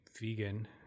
vegan